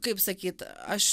kaip sakyt aš